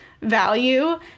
value